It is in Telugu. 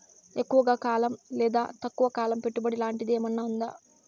ఎక్కువగా కాలం లేదా తక్కువ కాలం పెట్టుబడి లాంటిది ఏమన్నా ఉందా